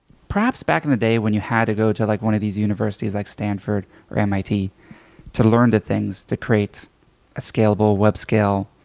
perhaps back in the day when you had to go to like one of these universities like stanford or mit to learn the things to create a scalable web scale